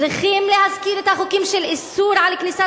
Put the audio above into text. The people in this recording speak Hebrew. צריכים להזכיר את החוקים של איסור על כניסת